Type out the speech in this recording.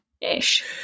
Ish